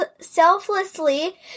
selflessly